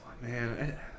man